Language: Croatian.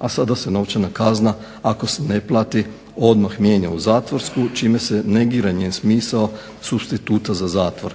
a sada se novčana kazna ako se ne plati odmah mijenja u zatvorsku čime se negira njen smisao supstituta za zatvor.